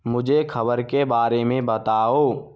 मुझे खबर के बारे में बताओ